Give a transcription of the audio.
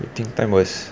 waiting time was